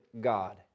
God